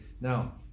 Now